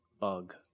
Bug